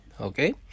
okay